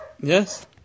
Yes